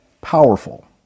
powerful